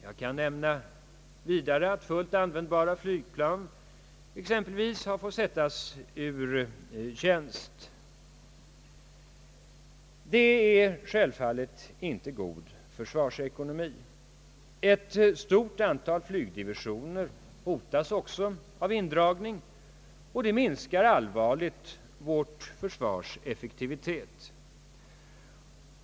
Jag kan bl.a. nämna, att fullt användbara flygplan har fått sättas ur tjänst. Det är självfallet inte god försvarsekonomi. Ett stort antal flygdivisioner hotas också av indragning, och det minskar allvarligt vårt försvars effektivitet.